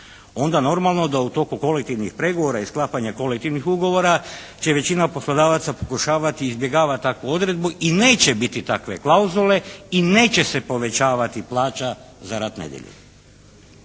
onda normalno da u toku kolektivnih pregovora i sklapanja kolektivnih ugovora će većina poslodavaca pokušavati i izbjegava takvu odredbu i neće biti takve klauzule i neće se povećavati plaća za rad nedjeljom.